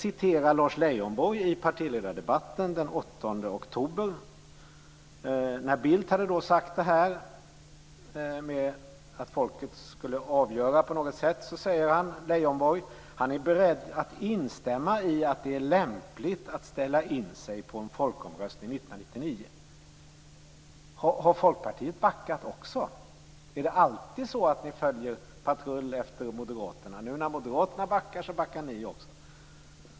I partiledardebatten den 8 oktober sade Lars Leijonborg efter det att Carl Bildt hade sagt att folket på något sätt skulle få avgöra frågan, att han är beredd att instämma i att det är lämpligt att ställa in sig på en folkomröstning 1999. Har Folkpartiet också backat? Traskar ni alltid patrull med Moderaterna? Nu när Moderaterna backar, gör också ni det.